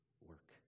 work